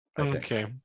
Okay